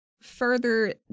Further